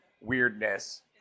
weirdness